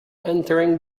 entering